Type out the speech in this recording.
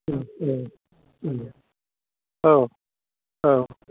औ औ